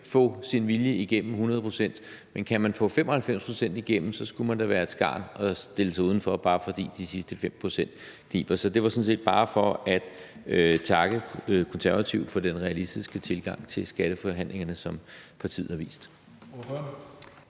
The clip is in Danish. få sin vilje igennem hundrede procent. Men kan man få 95 pct. igennem, skulle man da være et skarn, hvis man stillede sig uden for noget, bare fordi det kniber med de sidste 5 pct., så det var sådan set bare for at takke Konservative for den realistiske tilgang til skatteforhandlingerne, som partiet har udvist.